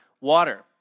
water